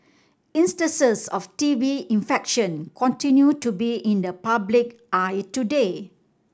instances of T B infection continue to be in the public eye today